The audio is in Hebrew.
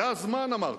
זה הזמן, אמרתם,